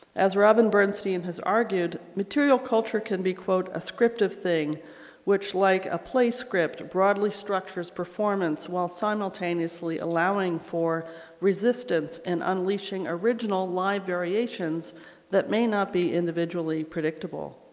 as robin bernstein has argued material culture can be quote a script of thing which like a play script broadly structures performance while simultaneously allowing for resistance in unleashing original live variations that may not be individually predictable.